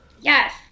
Yes